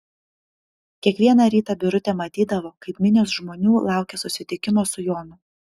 kiekvieną rytą birutė matydavo kaip minios žmonių laukia susitikimo su jonu